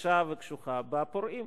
קשה וקשוחה בפורעים.